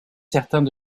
certains